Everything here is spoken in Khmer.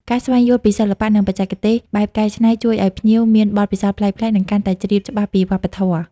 ការស្វែងយល់ពីសិល្បៈ និងបច្ចេកទេសបែបកែច្នៃជួយឲ្យភ្ញៀវមានបទពិសោធន៍ប្លែកៗ និងកាន់តែជ្រាបច្បាស់ពីវប្បធម៌។